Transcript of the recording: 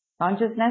Consciousness